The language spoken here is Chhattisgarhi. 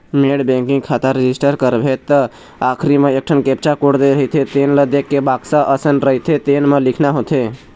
नेट बेंकिंग खाता रजिस्टर करबे त आखरी म एकठन कैप्चा कोड दे रहिथे तेन ल देखके बक्सा असन रहिथे तेन म लिखना होथे